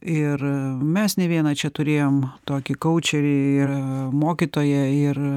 ir mes ne vieną čia turėjom tokį kaučerį ir mokytoją ir